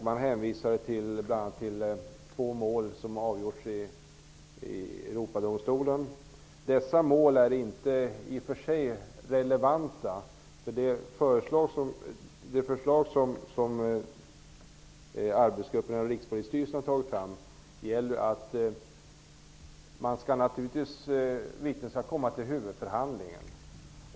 Man hänvisade bl.a. till två mål som har avgjorts i Europadomstolen. Dessa mål är i och för sig inte relevanta. Det förslag som arbetsgruppen inom Rikspolisstyrelsen har tagit fram gäller att vittnen naturligtvis skall komma till huvudförhandlingen.